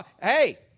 hey